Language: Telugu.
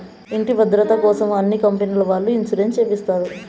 ఇంటి భద్రతకోసం అన్ని కంపెనీల వాళ్ళు ఇన్సూరెన్స్ చేపిస్తారు